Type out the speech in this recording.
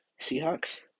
Seahawks